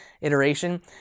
iteration